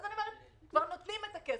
אני אומרת: כבר נותנים את הכסף,